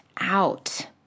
out